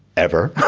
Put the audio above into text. ever,